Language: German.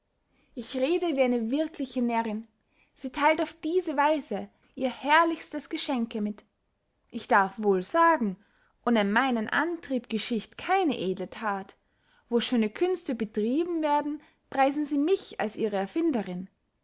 ich rede wie eine wirkliche närrin sie theilt auf diese weise ihr herrlichstes geschenke mit ich darf wohl sagen ohne meinen antrieb geschicht keine edle that wo schöne künste betrieben werden preisen sie mich als ihre erfinderinn